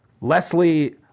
Leslie